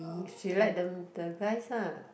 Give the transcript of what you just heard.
if she like them the guys lah